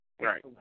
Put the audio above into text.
Right